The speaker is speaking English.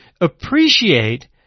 appreciate